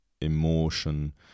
Emotion